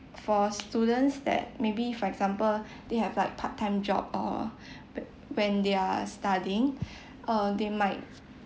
for students that maybe for example they have like part time job or w~ when they're studying uh they might